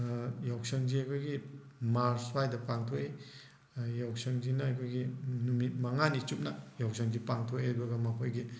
ꯌꯥꯎꯁꯪꯁꯦ ꯑꯩꯈꯣꯏꯒꯤ ꯃꯥꯔꯁ ꯁ꯭ꯋꯥꯏꯗ ꯄꯥꯡꯊꯣꯛꯏ ꯌꯥꯎꯁꯪꯁꯤꯅ ꯑꯩꯈꯣꯏꯒꯤ ꯅꯨꯃꯤꯠ ꯃꯉꯥꯅꯤ ꯆꯨꯞꯅ ꯌꯥꯎꯁꯪꯁꯤ ꯄꯥꯡꯊꯣꯛꯑꯦ ꯑꯗꯨꯒ ꯃꯈꯣꯏꯒꯤ